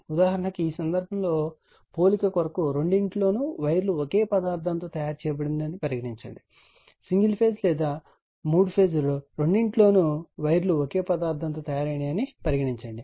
ఉదాహరణకు ఈ సందర్భంలో పోలిక కొరకు రెండింటిలోనూ వైర్లు ఒకే పదార్థంతో ఉన్నదని పరిగణించండి సింగిల్ ఫేజ్ లేదా 3 ఫేజ్ రెండింటిలోనూ వైర్లు ఒకే పదార్థంతో తయారయ్యాయని పరిగణించండి